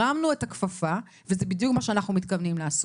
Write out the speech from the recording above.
הרמנו את הכפפה וזה בדיוק מה שאנחנו מתכוונים לעשות,